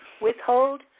withhold